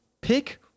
pick